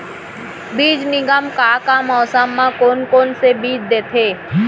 बीज निगम का का मौसम मा, कौन कौन से बीज देथे?